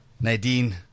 Nadine